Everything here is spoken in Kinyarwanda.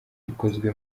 rikozwe